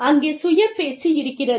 அங்கே சுய பேச்சு இருக்கிறது